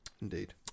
Indeed